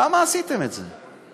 למה עשיתם את זה?